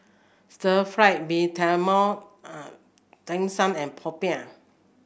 Stir Fry Mee Tai Mak Dim Sum and Popiah